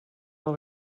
del